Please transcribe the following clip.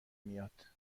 میاد